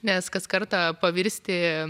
nes kas kartą pavirsti